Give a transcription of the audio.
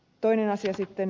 toinen asia sitten